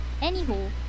Anywho